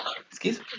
Excuse